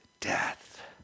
death